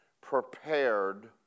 prepared